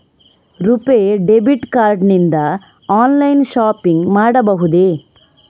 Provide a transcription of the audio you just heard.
RuPay debit card ನಿಂದ online shopping ಮಾಡಬಹುದೇ?